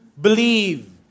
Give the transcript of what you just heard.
believe